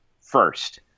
first